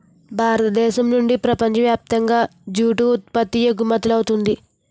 భారతదేశం నుండి ప్రపంచ వ్యాప్తంగా జూటు ఉత్పత్తి ఎగుమవుతుంది